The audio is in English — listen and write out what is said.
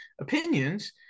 opinions